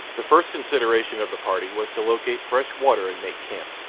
the first consideration of the party was to locate fresh water and make camp,